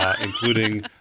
including